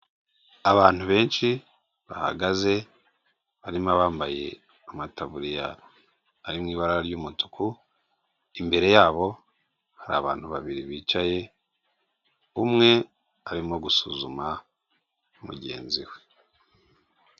Abantu benshi bahagaze, barimo abambaye amatabuririya ari mu ibara ry'umutuku, imbere yabo hari abantu babiri bicaye, umwe arimo gusuzuma mugenzi we.